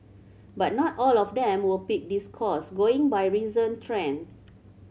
but not all of them will pick this course going by recent trends